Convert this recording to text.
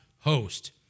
host